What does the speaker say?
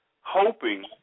hoping